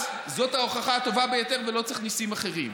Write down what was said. אז זאת ההוכחה הטובה ביותר, ולא צריך ניסים אחרים.